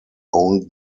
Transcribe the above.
owned